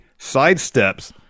sidesteps